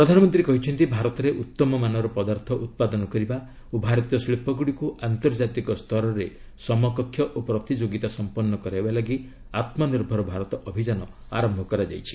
ପ୍ରଧାନମନ୍ତ୍ରୀ କହିଛନ୍ତି ଭାରତରେ ଉତ୍ତମମାନର ପଦାର୍ଥ ଉତ୍ପାଦନ କରିବା ଓ ଭାରତୀୟ ଶିଳ୍ପଗୁଡ଼ିକୁ ଆନ୍ତର୍ଜାତିକ ସ୍ତରରେ ସମକକ୍ଷ ଓ ପ୍ରତିଯୋଗିତା ସମ୍ପନ୍ କରାଇବା ଲାଗି ଆତ୍ମନିର୍ଭର ଭାରତ ଅଭିଯାନ ଆରମ୍ଭ କରାଯାଇଛି